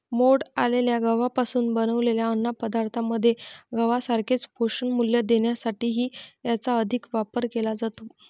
मोड आलेल्या गव्हापासून बनवलेल्या अन्नपदार्थांमध्ये गव्हासारखेच पोषणमूल्य देण्यासाठीही याचा अधिक वापर केला जातो